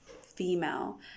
female